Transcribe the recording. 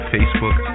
Facebook